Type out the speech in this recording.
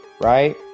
right